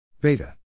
Beta